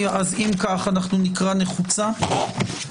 אנחנו נלך עם הנוסח המקורי של ההצעה,